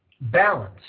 balance